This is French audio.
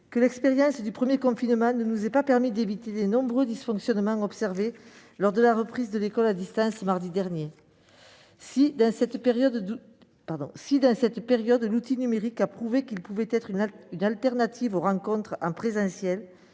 que l'expérience du premier confinement ne nous ait pas permis d'éviter les nombreux dysfonctionnements observés lors de la reprise de l'école à distance mardi dernier. Si nous avons eu la preuve durant cette période que l'outil numérique pouvait être une alternative aux rencontres en présentiel,